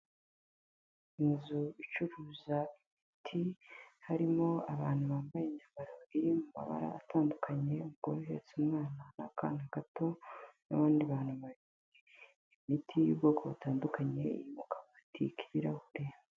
Inzu icuruza imiti harimo abantu bambaye imyambaro iri mu mabara atandukanye, umugore uhetse umwana n'akandi kana gato n'abandi bantu, imiti y'ubwoko butandukanye n'akabati k'ibirahure.